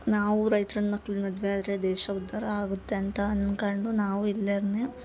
ನಾವು ರೈತ್ರನ್ನ ಮಕ್ಳನ್ನ ಮದ್ವೆ ಆದರೆ ದೇಶ ಉದ್ಧಾರ ಆಗುತ್ತೆ ಅಂತ ಅನ್ಕಂಡು ನಾವು ಇಲ್ಯರ್ನೇ